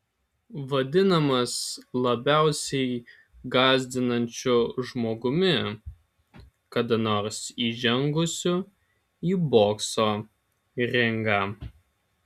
vadinamas labiausiai gąsdinančiu žmogumi kada nors įžengusiu į bokso ringą